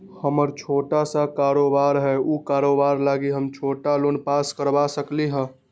हमर छोटा सा कारोबार है उ कारोबार लागी हम छोटा लोन पास करवा सकली ह?